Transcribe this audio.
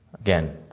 Again